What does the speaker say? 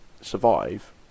survive